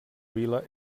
vila